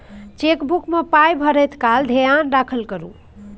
chequebook मे पाय भरैत काल धेयान राखल करू